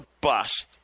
bust